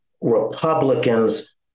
Republicans